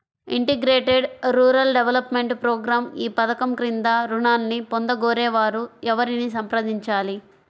Integrated rural development program ఈ పధకం క్రింద ఋణాన్ని పొందగోరే వారు ఎవరిని సంప్రదించాలి?